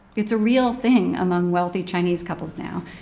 it's a real thing among wealthy chinese couples now.